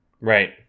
Right